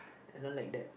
I don't like that